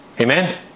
Amen